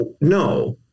no